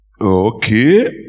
Okay